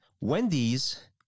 Wendy's